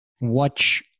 watch